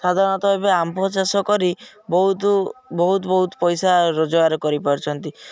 ସାଧାରଣତଃ ଏବେ ଆମ୍ଭ ଚାଷ କରି ବହୁତ ବହୁତ ବହୁତ ପଇସା ରୋଜଗାର କରିପାରୁଛନ୍ତି